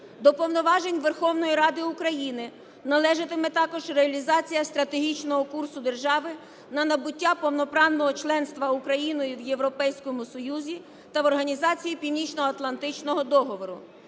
до повноважень Верховної Ради України належатиме також реалізація стратегічного курсу держави на набуття повноправного набуття повноправного членства Україною в Європейському Союзі та в Організації Північноатлантичного договору.